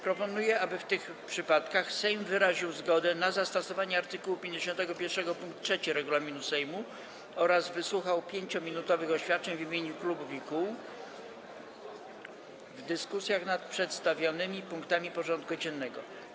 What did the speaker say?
Proponuję, aby w tych przypadkach Sejm wyraził zgodę na zastosowanie art. 51 pkt 3 regulaminu Sejmu oraz wysłuchał 5-minutowych oświadczeń w imieniu klubów i kół w dyskusjach nad przedstawionymi punktami porządku dziennego.